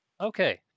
Okay